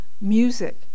music